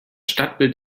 stadtbild